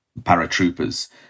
paratroopers